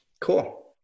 Cool